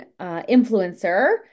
influencer